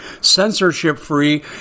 censorship-free